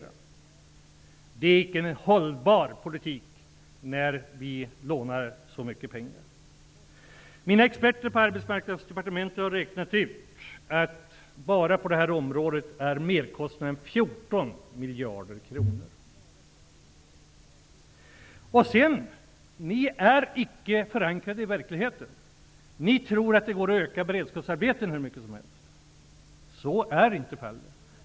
Men det är icke en hållbar politik när vi lånar så mycket. Min expert på Arbetsmarknadsdepartementet har räknat ut att merkostnaden bara på det här området är 14 miljarder kronor. Ert förslag är icke förankrat i verkligheten. Ni tror att det går att öka antalet beredskapsarbeten hur mycket som helst. Så är det inte.